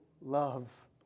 love